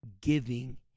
giving